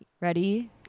Ready